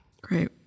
Great